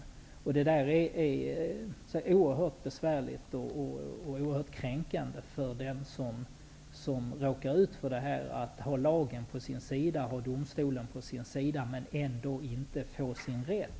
Det är oerhört kränkande för den som råkar ut för detta att ha lagen och domstolen på sin sida men ändå inte få sin rätt.